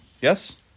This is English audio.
Yes